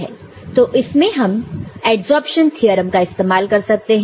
तो इसमें हम एडसरप्शन थ्योरम का इस्तेमाल कर सकते हैं